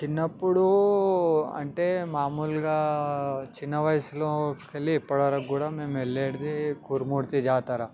చిన్నప్పుడు అంటే మామూలుగా చిన్న వయసులోకి వెళ్లి ఇప్పటివరకు కూడా మేము వెళ్ళేది కురుమూర్తి జాతర